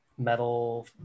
metal